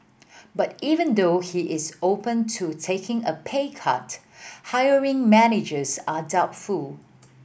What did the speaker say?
but even though he is open to taking a pay cut hiring managers are doubtful